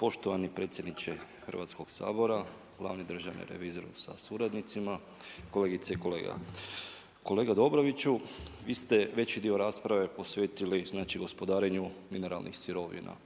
Poštovani predsjedniče Hrvatskog sabora, glavni državni revizor sa suradnicima, kolegice i kolega. Kolega Dobroviću, vi ste veći dio rasprave posvetili gospodarenju mineralnih sirovina.